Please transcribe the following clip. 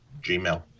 Gmail